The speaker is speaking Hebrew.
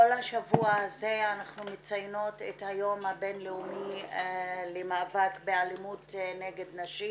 השבוע הזה מציינות את יום הבינלאומי למאבק באלימות נגד נשים.